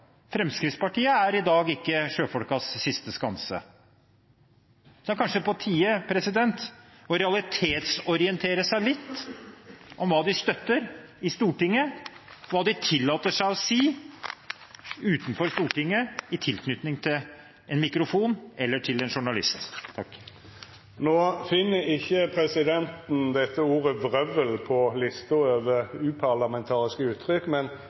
Fremskrittspartiet er i dag ikke sjøfolkenes siste skanse. Det er kanskje på tide å realitetsorientere seg litt med tanke på hva de støtter i Stortinget, og hva de tillater seg å si utenfor Stortinget, i tilknytning til en mikrofon eller til en journalist. Presidenten finn ikkje ordet «vrøvl» på lista over uparlamentariske uttrykk,